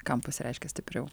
kam pasireiškia stipriau